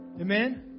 Amen